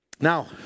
Now